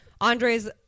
Andre's